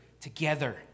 together